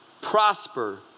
prosper